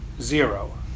zero